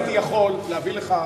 אם הייתי יכול להביא לך,